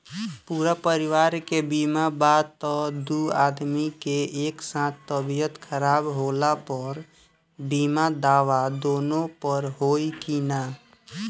पूरा परिवार के बीमा बा त दु आदमी के एक साथ तबीयत खराब होला पर बीमा दावा दोनों पर होई की न?